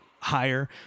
higher